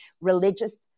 religious